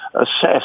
assess